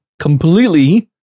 completely